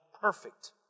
perfect